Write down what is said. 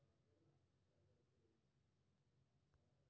बैंकक mobile app पर सेहो लॉग इन कैर के कार्ड कें ब्लॉक आ रिप्लेस कैल जा सकै छै